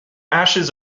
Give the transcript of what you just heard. ashes